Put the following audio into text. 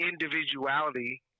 individuality